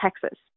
Texas